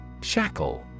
Shackle